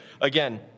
again